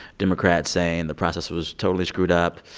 democrats saying the process was totally screwed up.